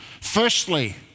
Firstly